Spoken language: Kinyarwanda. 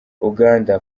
uganda